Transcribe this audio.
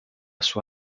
sua